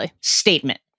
statement